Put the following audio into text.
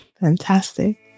Fantastic